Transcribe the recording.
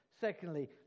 Secondly